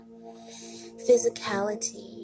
Physicality